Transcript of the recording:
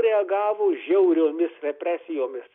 reagavo žiauriomis represijomis